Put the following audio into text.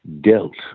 dealt